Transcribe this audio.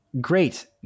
Great